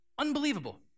unbelievable